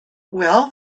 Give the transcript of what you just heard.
well